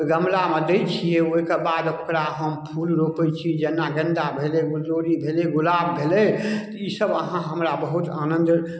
गमलामे दै छियै ओइके बाद ओकरा हम फूल रोपै छी जेना गेन्दा भेलै गुलदावड़ी भेलै गुलाब भेलै तऽ ई सभ अहाँ हमरा बहुत आनन्द